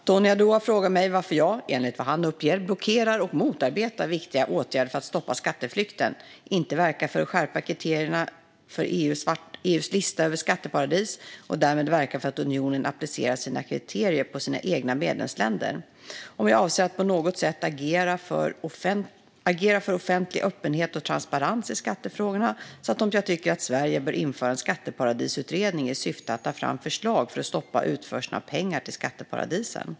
Tony Haddou har frågat mig varför jag, enligt vad han uppger, blockerar och motarbetar viktiga åtgärder för att stoppa skatteflykten, inte verkar för att skärpa kriterierna för EU:s lista över skatteparadis och därmed verka för att unionen applicerar sina kriterier på sina egna medlemsländer, om jag avser att på något sätt agera för offentlig öppenhet och transparens i skattefrågorna samt om jag tycker att Sverige bör införa en skatteparadisutredning i syfte att ta fram förslag för att stoppa utförseln av pengar till skatteparadisen.